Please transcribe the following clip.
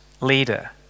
leader